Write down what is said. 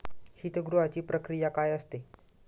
शीतगृहाची प्रक्रिया काय असते?